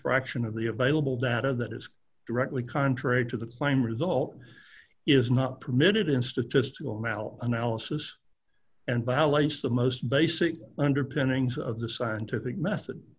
fraction of the available data that is directly contrary to the claim result is not permitted in statistical model analysis and balanced the most basic underpinnings of the scientific method